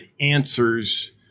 answers